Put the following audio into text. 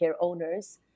owners